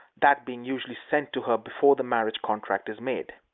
that being usually sent to her before the marriage contract is made.